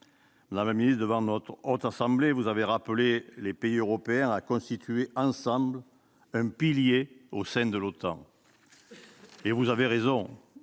Madame la ministre, devant la Haute Assemblée, vous avez appelé les pays européens à constituer, ensemble, un pilier au sein de cette organisation. Vous avez raison